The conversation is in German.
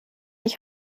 ich